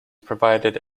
provided